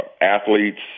Athletes